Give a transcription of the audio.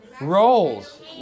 Rolls